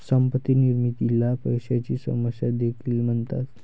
संपत्ती निर्मितीला पैशाची समस्या देखील म्हणतात